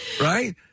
Right